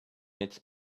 its